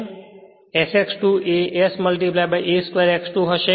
s X 2 ' એ s a square X 2 હશે